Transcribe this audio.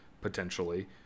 potentially